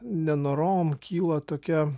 nenorom kyla tokia